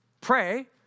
pray